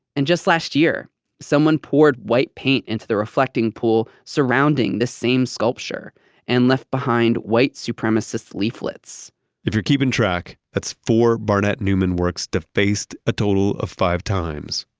and just last year someone poured white paint into the reflecting pool surrounding this same sculpture and left behind white supremacist leaflets if you're keeping track, that's four barnett newman works defaced a total of five times.